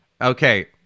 Okay